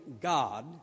God